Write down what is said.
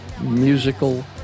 musical